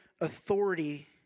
authority